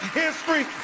history